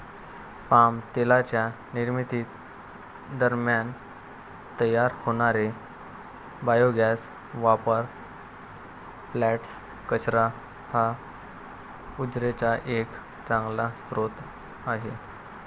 palm तेलाच्या निर्मिती दरम्यान तयार होणारे बायोगॅस पॉवर प्लांट्स, कचरा हा उर्जेचा एक चांगला स्रोत आहे